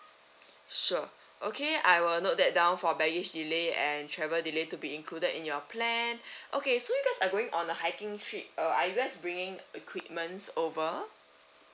sure okay I will note that down for baggage delay and travel delay to be included in your plan okay so you guys are going on a hiking trip uh are you guys bringing equipments over